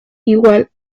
igual